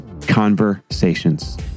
conversations